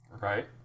Right